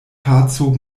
paco